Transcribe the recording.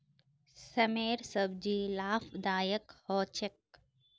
सेमेर सब्जी लाभदायक ह छेक